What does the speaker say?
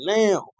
now